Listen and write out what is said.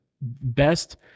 Best